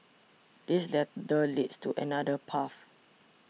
this ladder leads to another path